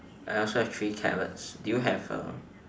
I also have three carrots do you have a